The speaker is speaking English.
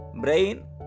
brain